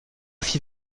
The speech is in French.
fit